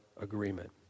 agreement